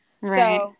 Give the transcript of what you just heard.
Right